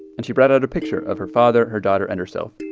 and she brought out a picture of her father, her daughter and herself.